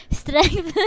strength